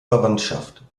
verwandtschaft